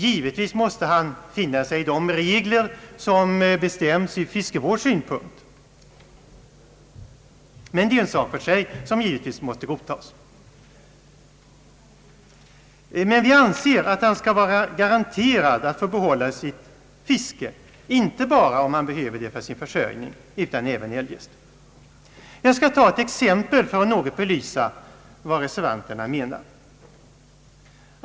Givetvis måste han finna sig i de regler ur fiskevårdssynpunkt som kan stadgas, men det är en sak för sig. Reservanterna anser att han skall vara garanterad att få behålla sitt fiske, inte bara om han behöver det för sin försörjning utan även eljest. Jag skall ge ett exempel för att något belysa vad vi reservanter menar.